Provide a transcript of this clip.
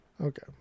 Okay